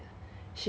it says that